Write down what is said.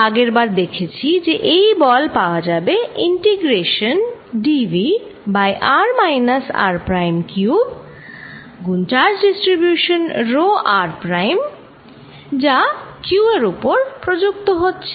আমরা আগের বার দেখেছি যে এই বল পাওয়া যাবে integration dv by r minus r prime cube গুন charge distribution rho r prime যা q এর উপর প্রযুক্ত হচ্ছে